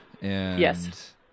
Yes